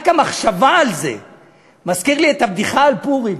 רק המחשבה על זה מזכירה לי את הבדיחה על פורים.